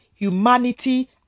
humanity